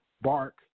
bark